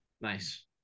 Nice